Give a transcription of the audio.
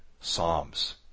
psalms